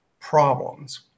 Problems